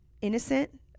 innocent